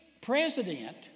president